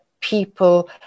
people